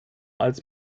als